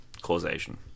causation